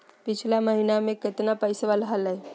पिछला महीना मे कतना पैसवा हलय?